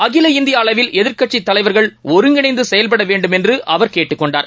அகில இந்தியஅளவில் எதிர்க்கட்சித் தலைவர்கள் ஒருங்கிணந்துசெயல்படவேண்டும் என்றுஅவர் கேட்டுக் கொண்டார்